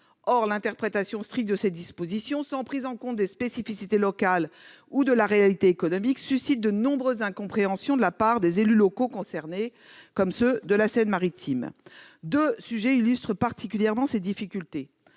Or l'interprétation stricte de ces dispositions, sans prise en compte des spécificités locales ou de la réalité économique, suscite de nombreuses incompréhensions chez les élus locaux concernés, ceux de la Seine-Maritime notamment. Deux sujets illustrent particulièrement ces difficultés.